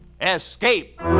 Escape